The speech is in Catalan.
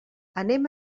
anem